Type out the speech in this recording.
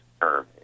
Term